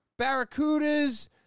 barracudas